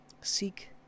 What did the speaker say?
seek